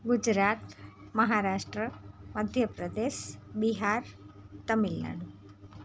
Gujarat Maharashtra Madhya Pradesh Bihar Tamil Nadu